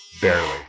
barely